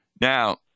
Now